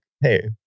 hey